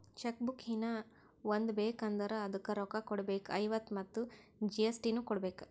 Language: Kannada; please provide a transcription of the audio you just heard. ಚೆಕ್ ಬುಕ್ ಹೀನಾ ಒಂದ್ ಬೇಕ್ ಅಂದುರ್ ಅದುಕ್ಕ ರೋಕ್ಕ ಕೊಡ್ಬೇಕ್ ಐವತ್ತ ಮತ್ ಜಿ.ಎಸ್.ಟಿ ನು ಕೊಡ್ಬೇಕ್